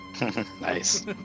nice